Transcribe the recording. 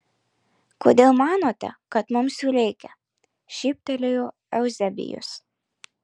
kodėl manote kad mums jų reikia šyptelėjo euzebijus